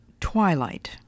twilight